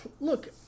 look